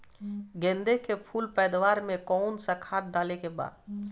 गेदे के फूल पैदवार मे काउन् सा खाद डाले के बा?